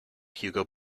hugo